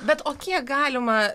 bet o kiek galima